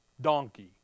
donkey